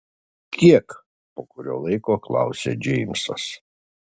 kiek po kurio laiko klausia džeimsas